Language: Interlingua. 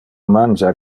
mangia